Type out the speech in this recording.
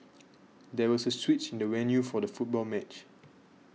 there was a switch in the venue for the football match